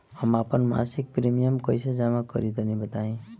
हम आपन मसिक प्रिमियम कइसे जमा करि तनि बताईं?